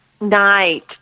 Night